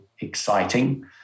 exciting